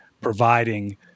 providing